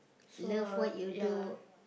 so I was ya